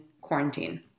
quarantine